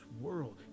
world